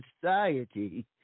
society